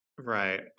Right